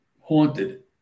haunted